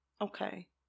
Okay